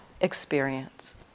experience